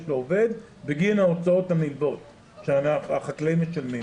לעובד בגין ההוצאות הנלוות שהחקלאים משלמים.